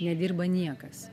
nedirba niekas